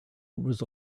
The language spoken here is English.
was